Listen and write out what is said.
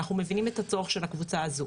אנחנו מבינים את הצורך של הקבוצה הזו.